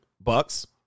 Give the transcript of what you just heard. bucks